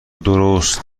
درست